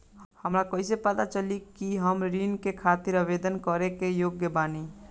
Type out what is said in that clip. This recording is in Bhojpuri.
हमरा कइसे पता चली कि हम ऋण के खातिर आवेदन करे के योग्य बानी?